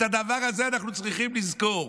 את הדבר הזה אנחנו צריכים לזכור.